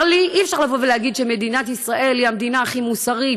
אי-אפשר לבוא ולהגיד שמדינת ישראל היא המדינה הכי מוסרית,